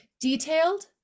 detailed